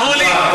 שמולי,